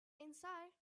inside